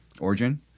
Origin